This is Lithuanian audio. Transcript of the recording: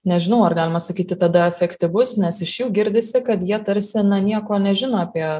nežinau ar galima sakyti tada efektyvus nes iš jų girdisi kad jie tarsi na nieko nežino apie